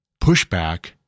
pushback